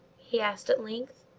he asked at length.